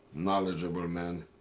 knowledgeable man.